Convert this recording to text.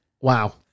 Wow